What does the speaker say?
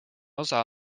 osa